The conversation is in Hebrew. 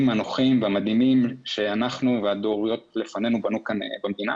הנוחים והמדהימים שאנחנו והדורות לפנינו בנו במדינה.